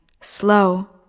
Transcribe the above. slow